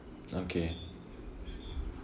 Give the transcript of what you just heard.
okay